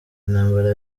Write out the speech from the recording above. intambara